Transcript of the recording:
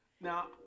Now